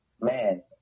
Man